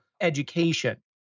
education